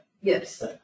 Yes